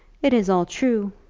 it is all true.